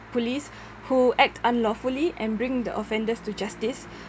police who act unlawfully and bring the offenders to justice